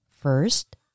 First